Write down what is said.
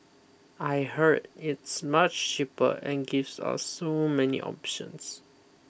I heard it's much cheaper and gives us so many options